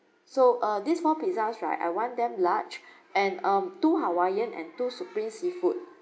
so uh this four pizzas right I want them large and um two hawaiian and two supreme seafood